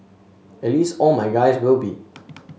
at least all my guys will be